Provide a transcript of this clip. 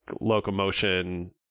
locomotion